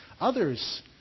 others